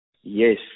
Yes